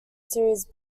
series